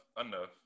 enough